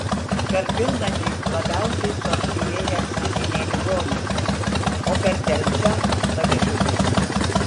per pilnatį labiausiai suaktyvėja psichiniai ligoniai o per delčią savižudžiai